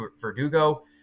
Verdugo